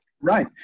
Right